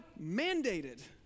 mandated